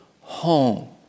home